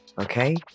okay